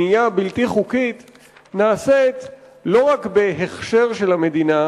בנייה בלתי חוקית נעשית לא רק בהכשר של המדינה,